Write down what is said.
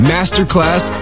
Masterclass